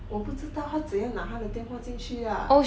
我不知道他怎样拿他的电话进去 ah